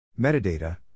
Metadata